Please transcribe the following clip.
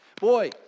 Boy